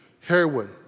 heroin